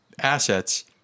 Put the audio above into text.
Assets